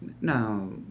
No